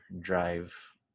drive